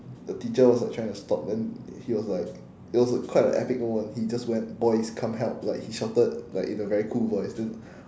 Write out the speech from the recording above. the teacher was like trying to stop them he was like it was a quite a epic moment he just went boys come help like he shouted like in a very cool voice then